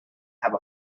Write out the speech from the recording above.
have